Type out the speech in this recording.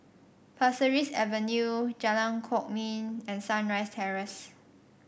Pasir Ris Avenue Jalan Kwok Min and Sunrise Terrace